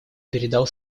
передал